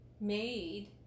made